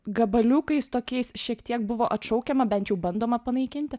gabaliukais tokiais šiek tiek buvo atšaukiama bent jau bandoma panaikinti